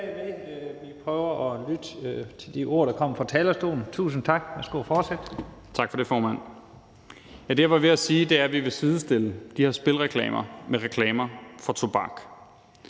Vi prøver at lytte til de ord, der kommer fra talerstolen. Tusind tak. Værsgo at fortsætte. Kl. 16:30 (Ordfører) Carl Valentin (SF): Tak for det, formand. Det, jeg var ved at sige, var, at vi vil sidestille de her spilreklamer med reklamer for tobak.